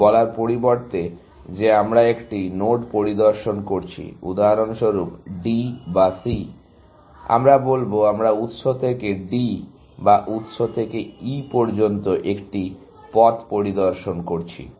এটি বলার পরিবর্তে যে আমরা একটি নোড পরিদর্শন করছি উদাহরণস্বরূপ D বা C আমরা বলব আমরা উৎস থেকে D বা উত্স থেকে E পর্যন্ত একটি পথ পরিদর্শন করছি